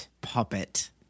puppet